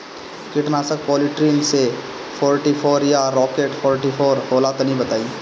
कीटनाशक Polytrin C forty four या Rocket forty four होला तनि बताई?